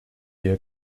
ihr